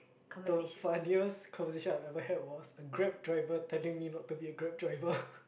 the funniest conversation I've ever had was a grab driver telling me not to be a grab driver